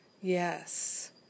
Yes